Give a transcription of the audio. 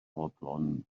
fodlon